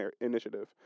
Initiative